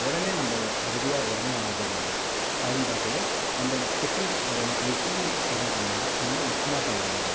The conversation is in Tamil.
உடனே நம்ம ரெடியாக உடனே ஆகுறது என்னாது அப்படின்னு பார்க்கக்குள்ள நம்ம டிஃபன் ரெடியாக உடனே இட்லி சீக்கரமாக பண்ணிடலாம் உப்புமா பண்ணிடலாம்